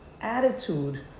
attitude